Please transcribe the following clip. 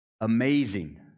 Amazing